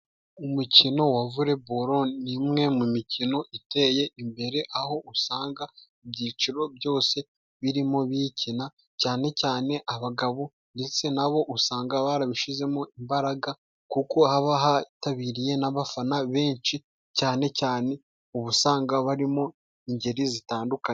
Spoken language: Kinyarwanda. Umukino wa volebolo ni umwe mu mikino iteye imbere, aho usanga ibyiciro byose birimo biyikina, cyane cyane abagabo ndetse n'abo usanga barabishyizemo imbaraga kuko hitabiriwe n'abafana benshi cyane cyane uba usanga barimo ingeri zitandukanye.